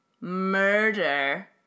murder